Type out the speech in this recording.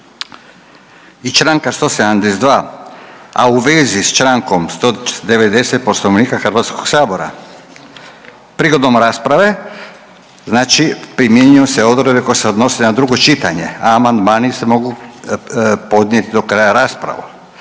i čl. 172, a u vezi s čl. 190 Poslovnika Hrvatskoga sabora. Prigodom rasprave, znači primjenjuju se odredbe koje se odnose na drugo čitanje, a amandmani se mogu podnijeti do kraja rasprave,